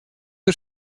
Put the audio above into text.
dêr